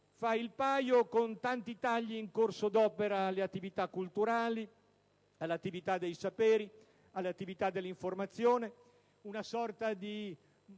fa il paio con tanti tagli in corso d'opera alle attività culturali, alle attività dei saperi, alle attività dell'informazione, insomma